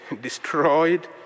destroyed